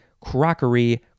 crockery